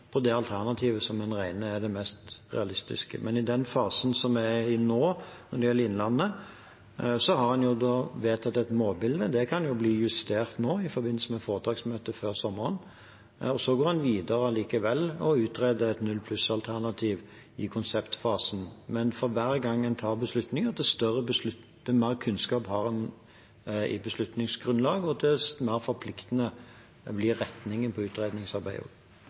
på det alternativet som man regner med er det mest realistiske. Men i den fasen som man er i nå når det gjelder Innlandet, har man vedtatt et målbilde. Det kan bli justert nå i forbindelse med foretaksmøtet før sommeren. Så går man videre likevel og utreder et null-pluss-alternativ i konseptfasen. Men for hver gang man tar beslutninger, har man mer kunnskap i beslutningsgrunnlaget, og jo mer forpliktende blir retningen på utredningsarbeidet.